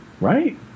right